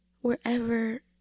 wherever